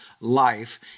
life